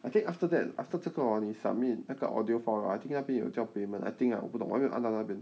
I think after that after 这个 orh 你 submit 那个 audio for I think 那边有叫 payment I think ah 我不懂我还没有按到那边